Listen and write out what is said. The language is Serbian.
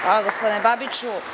Hvala gospodine Babiću.